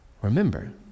remember